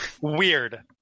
Weird